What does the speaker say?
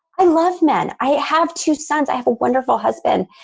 i love men. i have two sons. i have a wonderful husband.